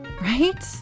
right